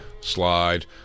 Slide